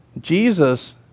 Jesus